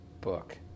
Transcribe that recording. book